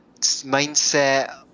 mindset